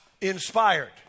inspired